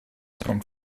kommt